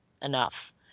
enough